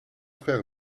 frère